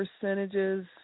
percentages